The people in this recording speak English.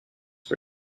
per